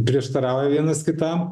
prieštarauja vienas kitam